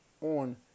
on